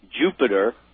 Jupiter